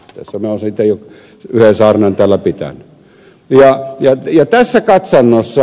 minä olen siitä jo yhden saarnan täällä pitänyt